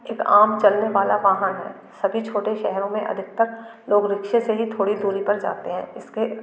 एक आम चलने वाला वाहन है सभी छोटे शहरों में अधिकतर लोग रिक्शे से ही थोड़ी दूरी पर जाते हैं इसके